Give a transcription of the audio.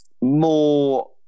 more